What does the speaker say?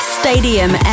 stadium